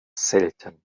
selten